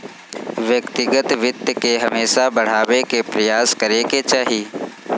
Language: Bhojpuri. व्यक्तिगत वित्त के हमेशा बढ़ावे के प्रयास करे के चाही